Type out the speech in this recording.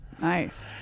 Nice